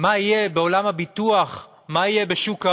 מה יהיה בעולם הביטוח, מה יהיה בשוק ההון,